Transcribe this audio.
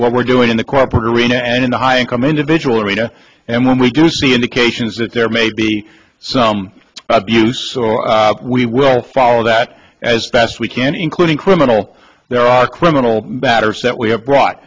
what we're doing in the corporate arena and in the high income individual arena and when we do see indications that there may be some abuse we will follow that as best we can including criminal there are criminal batters that we have brought